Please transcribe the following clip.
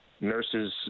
Nurse's